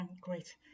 Great